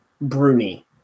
Bruni